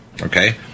okay